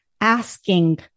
asking